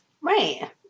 Right